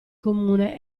comune